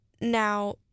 Now